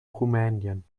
rumänien